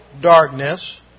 darkness